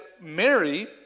Mary